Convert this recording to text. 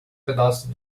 pedaços